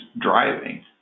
driving